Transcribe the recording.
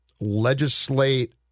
legislate